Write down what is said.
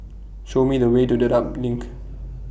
Show Me The Way to Dedap LINK